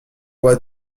voit